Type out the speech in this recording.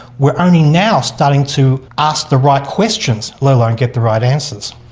we're only now starting to ask the right questions, let alone get the right answers.